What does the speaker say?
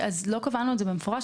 לא קבענו את זה במפורש.